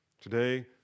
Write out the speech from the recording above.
Today